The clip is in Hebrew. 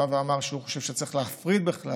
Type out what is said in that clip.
בא ואמר שהוא חושב שצריך להפריד בכלל